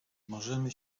możemy